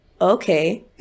okay